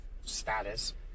status